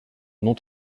non